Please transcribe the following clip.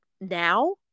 now